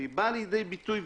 והיא באה לידי ביטוי.